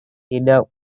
tidak